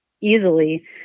easily